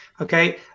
Okay